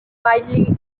wildly